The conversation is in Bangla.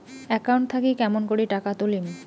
একাউন্ট থাকি কেমন করি টাকা তুলিম?